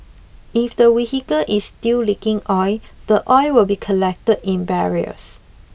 if the vehicle is still leaking oil the oil will be collected in barrels